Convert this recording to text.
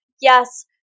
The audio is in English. yes